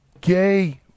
gay